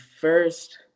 first